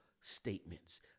statements